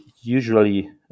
usually